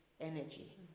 energy